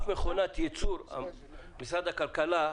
משרד הכלכלה,